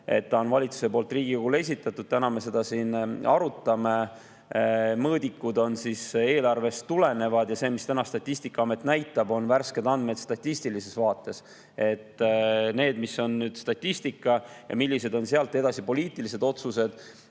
et see on valitsuse poolt Riigikogule esitatud, täna me seda siin arutame. Mõõdikud on eelarvest tulenevad ja need, mida täna Statistikaamet näitab, on värsked andmed statistilises vaates. Nende [küsimustega], milline on statistika ja millised on sealt edasi poliitilised otsused,